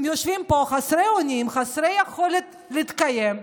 הם יושבים פה חסרי אונים וחסרי יכולת להתקיים,